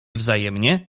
wzajemnie